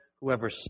Whoever